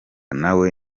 nawe